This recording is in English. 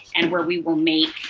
and where we will make